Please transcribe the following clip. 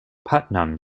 putnam